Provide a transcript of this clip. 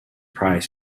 prize